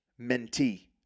mentee